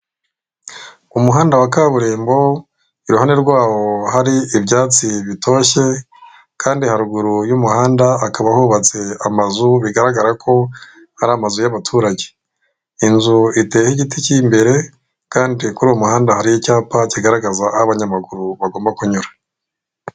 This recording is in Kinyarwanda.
Umuhanda wa kaburimbo iruhande rwabo hari ibyatsi bitoshye kandi haruguru y'umuhanda akaba hubatse amazu bigaragara ko ari amazu y'abaturage, inzu iteye igiti cy'imbere, kandi kuri uwo muhanda hariho icyapa kigaragaza abanyamaguru bagomba kunyura.